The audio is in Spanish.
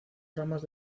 ramas